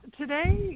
Today